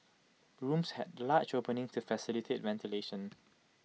grooms had large openings to facilitate ventilation